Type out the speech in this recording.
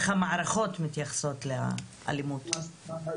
איך אתם מעבירים את המסרים של הממשלה על